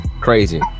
crazy